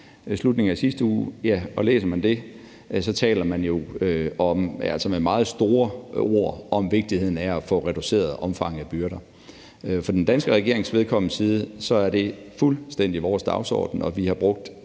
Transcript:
slutningen af sidste uge, tales der jo med meget store ord om vigtigheden af at få reduceret omfanget af byrder. For den danske regerings vedkommende er det fuldstændig vores dagsorden, og vi har brugt